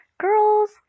Girls